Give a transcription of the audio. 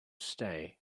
stay